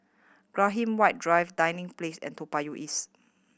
Graham White Drive Dinding Place and Toa Payoh East